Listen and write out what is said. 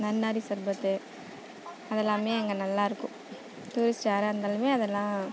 நன்னாரி சர்பத்து அதெல்லாம் அங்கே நல்லாயிருக்கும் டூரிஸ்ட் யாராக இருந்தாலும் அதெலாம்